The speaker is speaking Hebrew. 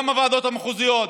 גם הוועדות המחוזיות,